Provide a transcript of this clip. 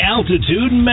Altitude